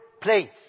place